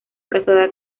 casada